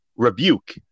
Rebuke